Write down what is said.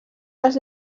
les